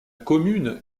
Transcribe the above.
commune